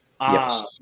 Yes